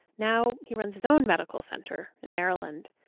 now he runs his own medical center in maryland.